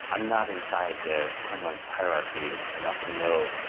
i'm not inside the kremlin's hierarchy enough to know,